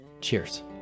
Cheers